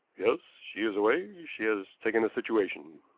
yes, she is away. she has taken a situation.